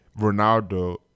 Ronaldo